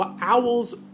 Owls